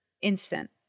Instant